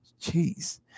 Jeez